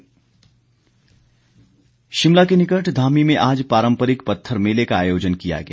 पत्थर मेला शिमला के निकट धामी में आज पारम्परिक पत्थर मेले का आयोजन किया गया